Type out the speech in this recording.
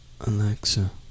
alexa